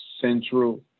central